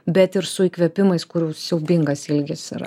bet ir su įkvėpimais kurių siaubingas ilgis yra